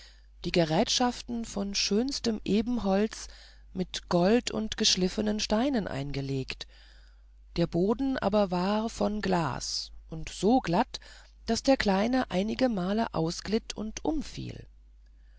die gerätschaften vom schönsten ebenholz mit gold und geschliffenen steinen eingelegt der boden aber war von glas und so glatt daß der kleine einigemal ausgleitete und umfiel